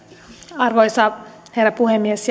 arvoisa herra puhemies